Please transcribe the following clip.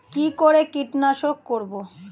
কি করে কিট শনাক্ত করব?